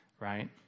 right